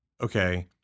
okay